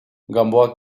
gamboa